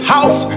House